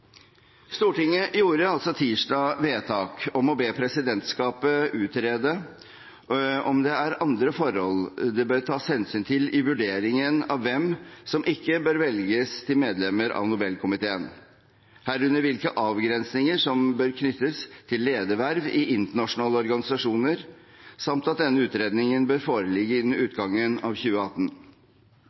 Stortinget gjorde tirsdag også vedtak om å be presidentskapet utrede om det er andre forhold det bør tas hensyn til i vurderingen av hvem som ikke bør velges til medlemmer av Nobelkomiteen, herunder hvilke avgrensninger som bør knyttes til lederverv i internasjonale organisasjoner, samt at denne utredningen bør foreligge innen utgangen av 2018.